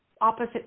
opposite